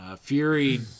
Fury